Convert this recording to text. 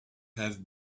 have